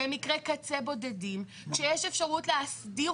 שהם מקרי קצה בודדים כשיש אפשרות להסדיר